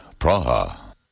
Praha